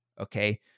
Okay